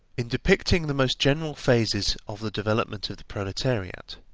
in depicting the most general phases of the development of the proletariat,